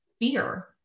fear